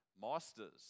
Masters